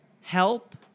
help